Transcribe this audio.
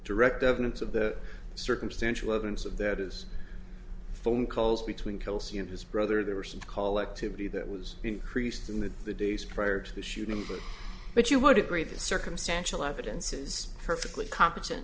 direct evidence of the circumstantial evidence of that is phone calls between kelsey and his brother there were some call activity that was increased in that the days prior to the shooting but but you would agree that circumstantial evidence is perfectly competent